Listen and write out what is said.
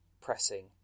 pressing